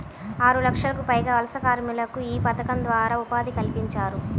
ఆరులక్షలకు పైగా వలస కార్మికులకు యీ పథకం ద్వారా ఉపాధి కల్పించారు